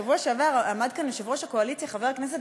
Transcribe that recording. בשבוע שעבר עמד כאן יושב-ראש הקואליציה חבר הכנסת